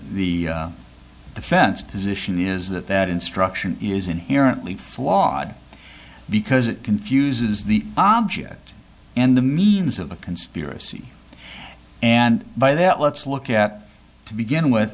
e the defense position is that that instruction is inherently flawed because it confuses the object and the means of a conspiracy and by that let's look at to begin with